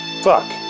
Fuck